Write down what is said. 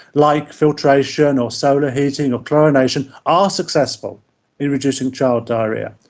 like filtration or solar heating or chlorination, are successful in reducing child diarrhoea.